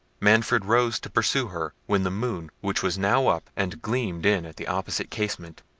manfred rose to pursue her, when the moon, which was now up, and gleamed in at the opposite casement,